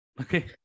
Okay